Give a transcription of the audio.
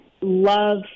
love